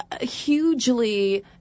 hugely